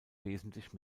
wesentlich